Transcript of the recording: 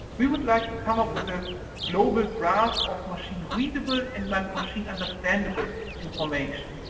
we would like to come up with a global graph of machine readable and machine understandable information.